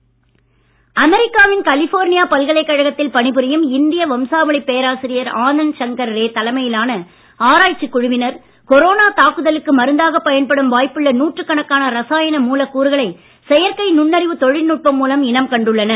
corona மருந்து அமெரிக்காவின் California பல்கலைக் கழகத்தில் பணிபுரியும் இந்திய வம்சாவளிப் பேராசிரியர் ஆனந்தசங்கர் ரே தலைமையிலான ஆராய்ச்சிக் குழுவினர் கொரோனா தாக்குதலுக்கு மருந்தாகப் பயன்படும் வாய்ப்புள்ள நூற்றுக்கணக்கான ரசாயன மூலக்கூறுகளை செயற்கை நுண்ணறிவு தொழில் நுட்பம் மூலம் இனம் கண்டுள்ளனர்